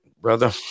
brother